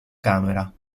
camera